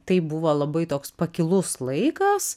tai buvo labai toks pakilus laikas